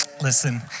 Listen